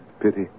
Pity